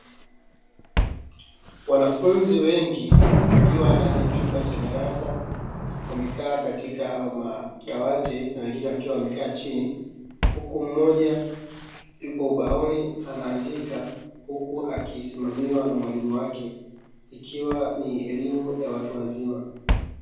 Wanafunzi wengi wakiwa ndani ya chumba cha darasa, wamekaa katika madawati na wengine wakiwa wamekaa chini, huku mmoja yupo ubaoni anaandika huku akisimamiwa na mwalimu wake, ikiwa ni elimu ya watu wazima.